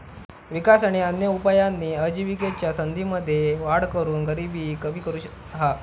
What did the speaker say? विकास आणि अन्य उपायांनी आजिविकेच्या संधींमध्ये वाढ करून गरिबी कमी करुची हा